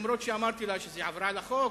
אף שאמרתי לה שזה עבירה על החוק,